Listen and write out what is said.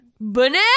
banana